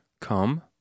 come